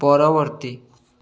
ପରବର୍ତ୍ତୀ